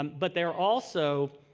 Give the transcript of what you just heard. um but they are also,